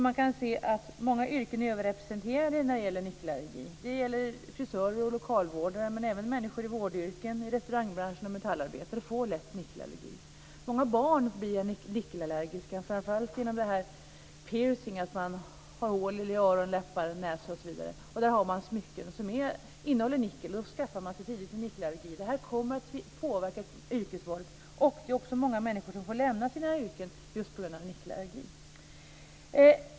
Man kan se att många yrken är överrepresenterade. Det gäller frisörer och lokalvårdare. Men även människor i vårdyrken och inom restaurangbranschen samt Metallarbetare får lätt nickelallergi. Många barn blir nickelallergiska, framför allt genom piercing - hål i öron, läppar, näsa osv. Där har man smycken som innehåller nickel. På det sättet skaffar man sig tidigt nickelallergi. Det här kommer att påverka yrkesvalet. Det är också många människor som får lämna sina yrken just på grund av nickelallergi.